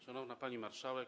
Szanowna Pani Marszałek!